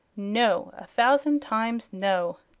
no a thousand times, no!